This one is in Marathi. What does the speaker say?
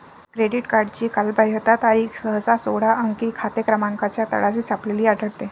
क्रेडिट कार्डची कालबाह्यता तारीख सहसा सोळा अंकी खाते क्रमांकाच्या तळाशी छापलेली आढळते